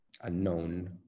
unknown